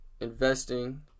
investing